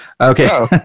Okay